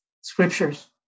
scriptures